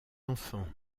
enfants